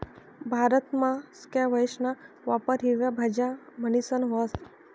भारतमा स्क्वैशना वापर हिरवा भाज्या म्हणीसन व्हस